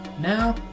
Now